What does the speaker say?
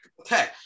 Okay